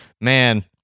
man